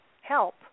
help